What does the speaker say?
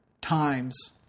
times